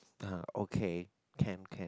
ah okay can can